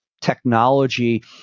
technology